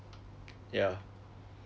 ya